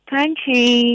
Country